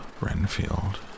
Renfield